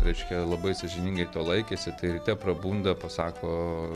reiškia labai sąžiningai laikėsi tai ryte prabunda pasako